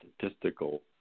statistical